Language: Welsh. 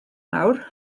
nawr